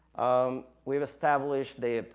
um, we've established the,